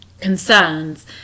concerns